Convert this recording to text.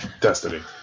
Destiny